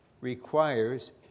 Requires